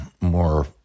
more